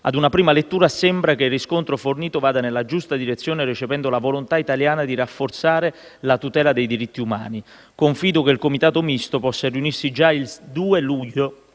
Ad una prima lettura sembra che il riscontro fornito vada nella giusta direzione, recependo la volontà italiana di rafforzare la tutela dei diritti umani. Confido che il comitato misto possa riunirsi già il 2 luglio